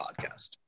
podcast